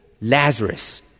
Lazarus